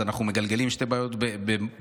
אז אנחנו מגלגלים שתי בעיות במקביל.